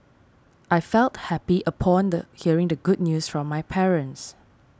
I felt happy upon the hearing the good news from my parents